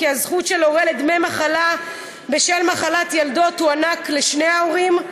כי הזכות של הורה לדמי מחלה בשל מחלת ילדו תוענק לשני ההורים,